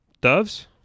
doves